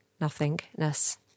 nothingness